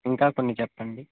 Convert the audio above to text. ఇంకా కొన్ని చెప్పండి